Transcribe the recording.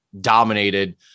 dominated